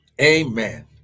Amen